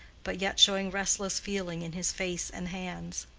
but yet showing restless feeling in his face and hands.